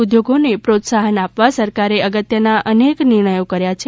ઉદ્યોગોને પ્રોત્સાહન આપવા સરકારે અગત્યના અનેક નિર્ણયો કર્યા છે